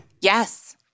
Yes